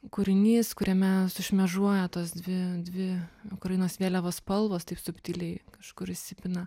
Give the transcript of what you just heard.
kūrinys kuriame sušmėžuoja tos dvi dvi ukrainos vėliavos spalvos taip subtiliai kažkur įsipina